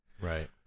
Right